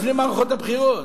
לפני מערכות הבחירות,